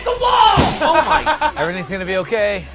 the wall! oh my everything's going to be ok.